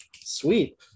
Sweet